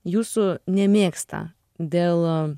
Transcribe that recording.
jūsų nemėgsta dėl